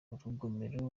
urugomero